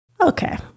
Okay